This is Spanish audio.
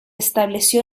estableció